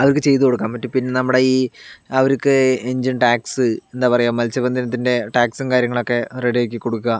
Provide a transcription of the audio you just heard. അവർക്ക് ചെയ്ത് കൊടുക്കാൻ പറ്റും പിന്നെ നമ്മുടെ ഈ അവർക്ക് എൻജിൻ ടേക്സ് എന്താ പറയാ മത്സ്യ ബന്ധനത്തിൻ്റെ ടേക്സും കാര്യങ്ങളും ഒക്കെ റെഡി ആക്കി കൊടുക്കുക